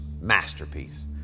Masterpiece